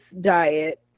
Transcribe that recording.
diet